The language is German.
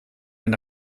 den